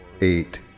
eight